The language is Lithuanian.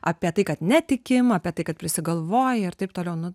apie tai kad netikim apie tai kad prisigalvoji ir taip toliau nu